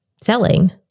selling